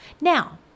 Now